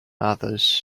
others